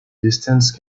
distance